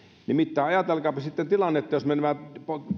nimittäin ajatelkaapa sitten tilannetta jos me nämä